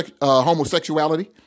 homosexuality